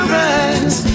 rise